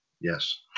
Yes